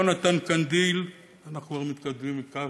יהונתן קנלר אנחנו כבר מתקרבים לקו"ף,